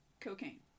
cocaine